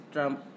Trump